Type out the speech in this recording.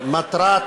מטרת